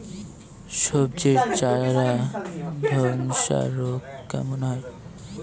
সবজির চারা ধ্বসা রোগ কেন হয়?